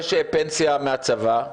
יש פנסיה מהצבא,